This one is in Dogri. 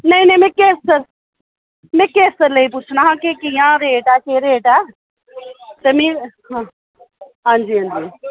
नेईं नेईं में केसर में केसर लेई पुच्छना हा के कि'यां रेट ऐ केह् रेट ऐ ते मी हां हां जी हां जी